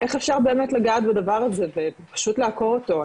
איך אפשר באמת לגעת בדבר הזה פשוט לעקור אותו,